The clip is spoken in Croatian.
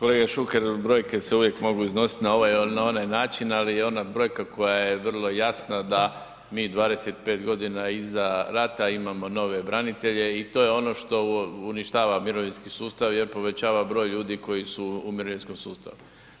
Kolega Šuker, brojke se uvijek mogu iznositi na ovaj ili na onaj način, ali ona brojka koja je vrlo jasna da mi 25 godina iza rata imamo nove branitelje i to je ono što uništava mirovinski sustav jer povećava broj ljudi koji su u mirovinskom sustavu.